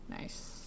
Nice